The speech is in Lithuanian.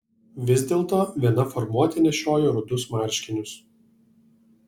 vis dėlto viena formuotė nešiojo rudus marškinius